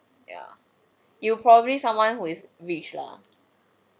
yeah you probably someone who is rich lah